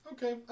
Okay